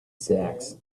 sacks